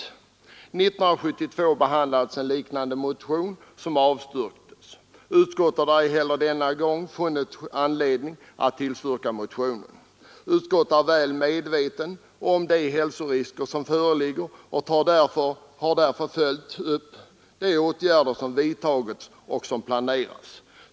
År 1972 behandlade utskottet en liknande motion, som avstyrktes. Utskottet har inte heller denna gång funnit anledning att tillstyrka motionen. Utskottet är väl medvetet om de hälsorisker som föreligger och har därför följt upp de åtgärder som vidtagits och som planerats.